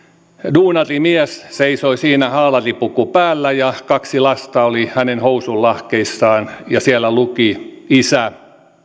duunarimies seisoi siinä haalaripuku päällä ja kaksi lasta oli hänen housunlahkeissaan ja siellä luki isä